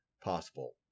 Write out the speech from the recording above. possible